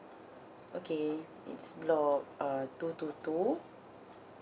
okay it's block uh two two two